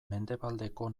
mendebaldeko